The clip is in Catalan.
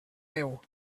déu